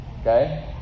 Okay